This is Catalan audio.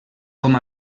com